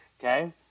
okay